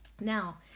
Now